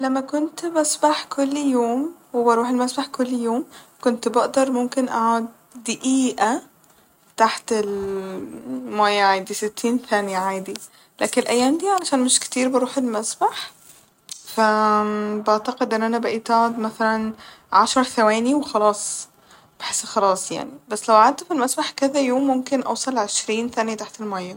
لما كنت بسبح كل يوم وبروح المسبح كل يوم كنت بقدر ممكن أقعد دقيقة تحت ال مية عادي ستين ثانية عادي لكن الأيام دي عشان مش كتير بروح المسبح ف بعتقد إن أنا بقيت أقعد مثلا عشر ثواني وخلاص بحس خلاص يعني بس لو قعدت ف المسبح كذا يوم ممكن أوصل عشرين ثانية تحت المية